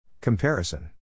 Comparison